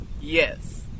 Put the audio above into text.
Yes